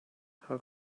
how